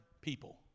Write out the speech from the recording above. people